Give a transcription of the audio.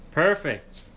Perfect